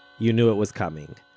you knew it was coming,